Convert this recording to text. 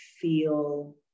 feel